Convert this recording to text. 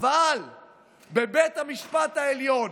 אבל בבית המשפט העליון,